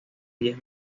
diez